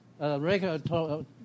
regulatory